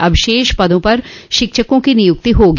अब शेष पदों पर शिक्षकों की निय्क्ति होगी